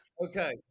Okay